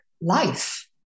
life